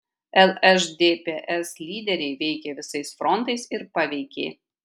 lšdps lyderiai veikė visais frontais ir paveikė